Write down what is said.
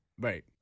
Right